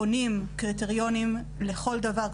בונים קריטריונים לכל דבר,